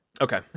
Okay